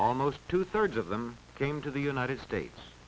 almost two thirds of them came to the united states